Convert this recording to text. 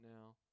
now